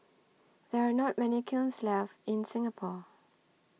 there are not many kilns left in Singapore